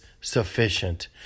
sufficient